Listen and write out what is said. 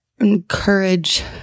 encourage